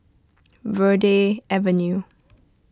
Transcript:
Verde Avenue